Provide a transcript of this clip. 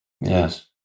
Yes